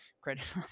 credit